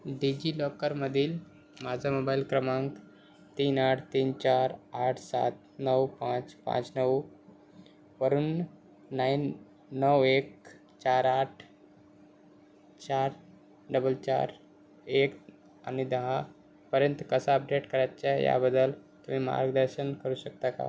डिजिलॉकरमधील माझा मोबाईल क्रमांक तीन आठ तीन चार आठ सात नऊ पाच पाच नऊवरून नाईन नऊ एक चार आठ चार डबल चार एक आणि दहापर्यंत कसा अपडेट करायचा याबद्दल तुम्ही मार्गदर्शन करू शकता का